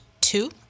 two